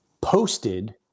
posted